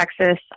Texas